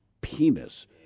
penis